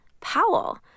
Powell